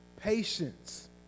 patience